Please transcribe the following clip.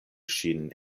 ŝin